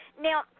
now